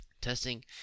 Testing